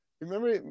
Remember